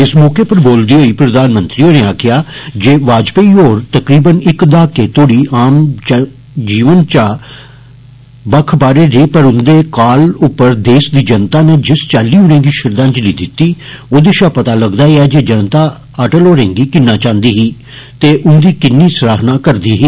इस मौके उप्पर बोलदे होई प्रधानमंत्री होरें आक्खेआ जे वाजपेई होर तकरीबन इक दहाके तोड़ी आम जीवन चा बक्ख बाहरे रेह पर उन्दे काल उप्पर देसै दी जनता नै जिस चाल्ली उनेंगी श्रद्वांजलि दिती ओदे षा पता लगदा ऐ जे जनता उनेंगी किन्ना चाहन्दी ही ते उन्दी किन्नी सराहना करदी ही